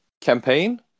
campaign